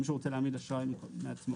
מי שרוצה להעמיד אשראי בעצמו.